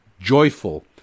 joyful